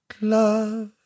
love